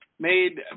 Made